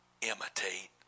imitate